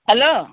hello